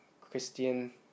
Christian